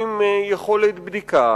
עם יכולת בדיקה